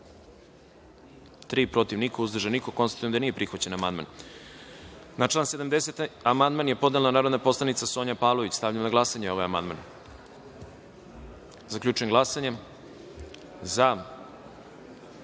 tri, protiv – niko, uzdržanih – nema. Konstatujem da nije prihvaćen amandman. Na član 70. amandman je podnela narodna poslanica Sonja Pavlović. Stavljam na glasanje ovaj amandman. Zaključujem glasanje i